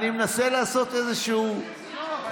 אני מנסה לעשות איזשהו, לא.